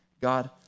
God